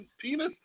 penis